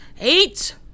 Eight